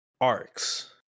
arcs